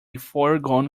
foregone